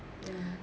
ya